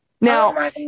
Now